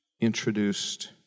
introduced